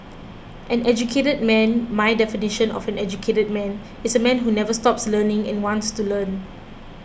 an educated man my definition of an educated man is a man who never stops learning and wants to learn